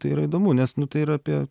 tai yra įdomu nes nu tai yra apie